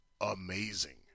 Amazing